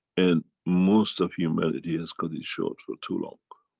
and most of humanity has cut it short for too long.